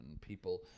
people